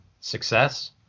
success